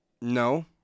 No